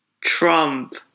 Trump